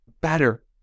better